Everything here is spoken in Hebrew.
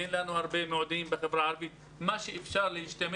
אין לנו הרבה מועדונים בחברה הערבית אבל מה שאפשר להשתמש